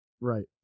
right